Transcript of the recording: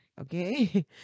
okay